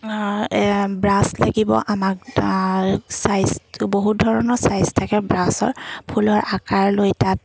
brush লাগিব আমাক size বহুত ধৰণৰ চাইজ থাকে ব্ৰাছৰ ফুলৰ আকাৰ লৈ তাত